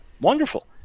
wonderful